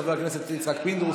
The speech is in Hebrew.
חבר הכנסת יצחק פינדרוס,